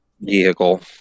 vehicle